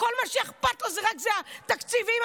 אבל הוא ישב כאן והקשיב לך.